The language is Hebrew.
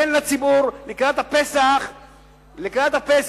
תן לציבור לקראת הפסח לאכול